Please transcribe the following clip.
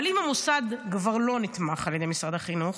אבל אם המוסד כבר לא נתמך על ידי משרד החינוך,